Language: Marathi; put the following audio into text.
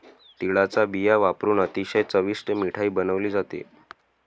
तिळाचा बिया वापरुन अतिशय चविष्ट मिठाई बनवली जाते